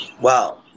Wow